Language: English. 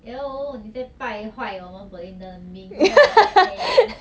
!eww! 你在败坏我们 belinda 的名 eh okay